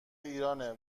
ایرانه